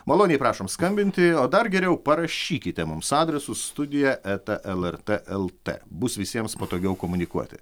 maloniai prašom skambinti o dar geriau parašykite mums adresu studija eta lrt lt bus visiems patogiau komunikuoti